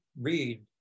read